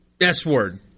S-word